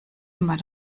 immer